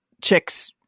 chicks